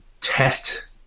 test